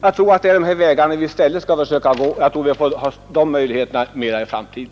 Jag tror det är dessa vägar vi skall gå i stället, och jag tror dessa möjligheter blir större i framtiden.